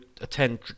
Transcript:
attend